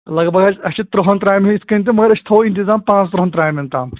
لگ بگ حظ اَسہِ چھ تٕرٛہَن ترٛامٮ۪ن یِتھ کَنۍ تہٕ مگر أسۍ تھاوَو اِنتِظام پانٛژھ تٕرٛہَن ترٛامٮ۪ن تام